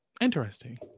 Interesting